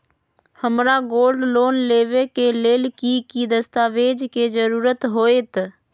हमरा gold loan लेबे के लेल कि कि दस्ताबेज के जरूरत होयेत?